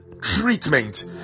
treatment